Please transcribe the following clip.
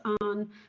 on